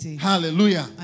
hallelujah